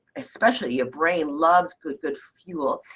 especially your brain loves good good fuel.